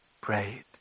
prayed